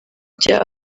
bya